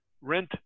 rent